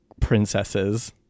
princesses